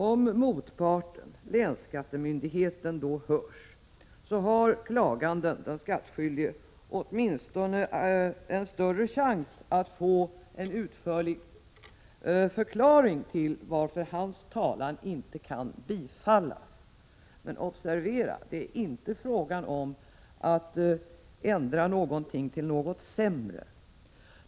Om motparten, länsskattemyndigheten, i sådana fall hörs, har klaganden, den skattskyldige, åtminstone en större chans att få en utförlig förklaring till varför hans talan inte kan bifallas — men observera att det då inte är fråga om att ändra någonting till det sämre.